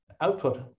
output